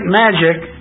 magic